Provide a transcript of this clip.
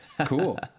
cool